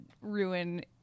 ruin